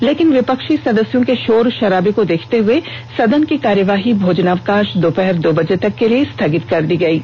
लेकिन विपक्षी सदस्यों के शोर शराबे को देखते हुए सदन की कार्यवाही को भोजनावकाश दोपहर दो बजे तक के लिए स्थगित कर दी गयी